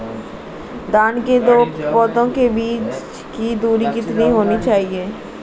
धान के दो पौधों के बीच की दूरी कितनी होनी चाहिए?